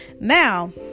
now